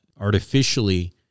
artificially